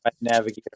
navigate